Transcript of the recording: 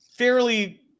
Fairly